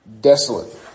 desolate